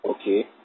Okay